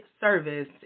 service